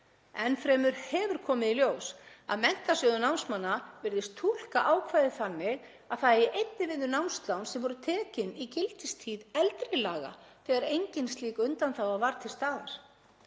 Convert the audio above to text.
Enn fremur hefur komið í ljós að Menntasjóður námsmanna virðist túlka ákvæðið þannig að það eigi einnig við um námslán sem voru tekin í gildistíð eldri laga þegar engin slík undanþága var til staðar